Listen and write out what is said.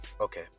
Okay